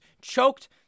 choked